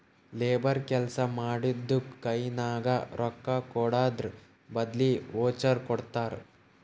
labour ಕೆಲ್ಸಾ ಮಾಡಿದ್ದುಕ್ ಕೈನಾಗ ರೊಕ್ಕಾಕೊಡದ್ರ್ ಬದ್ಲಿ ವೋಚರ್ ಕೊಡ್ತಾರ್